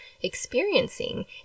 experiencing